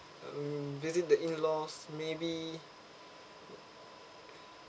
um visit the in-laws maybe